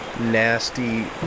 nasty